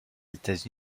états